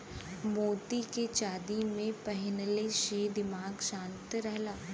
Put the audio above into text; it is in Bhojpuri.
मोती के चांदी में पहिनले से दिमाग शांत रहला